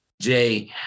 Jay